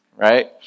Right